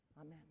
Amen